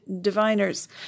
diviners